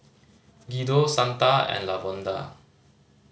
Guido Santa and Lavonda